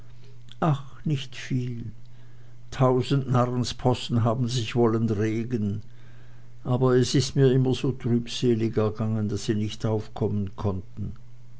ach nicht viel tausend narrenspossen haben sich wollen regen aber es ist mir immer so trübselig ergangen daß sie nicht aufkommen konnten